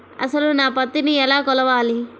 అసలు నా పత్తిని ఎలా కొలవాలి?